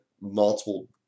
multiple